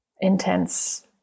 intense –